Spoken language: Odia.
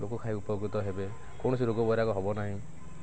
ଲୋକ ଖାଇ ଉପକୃତ ହେବେ କୌଣସି ରୋଗ ବଇରାଗ ହେବ ନାହିଁ